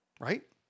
right